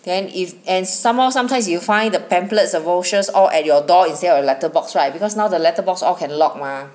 then if and somehow sometimes you find the pamphlets the brochures all at your door instead of letter box right because now the letter box all can lock mah